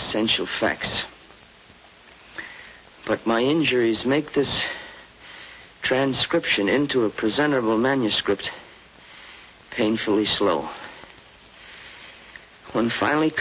essential facts but my injuries make this transcription into a present of a manuscript painfully slow one finally